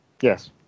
Yes